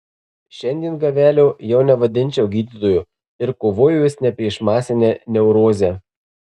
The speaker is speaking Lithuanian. šiandien gavelio jau nevadinčiau gydytoju ir kovojo jis ne prieš masinę neurozę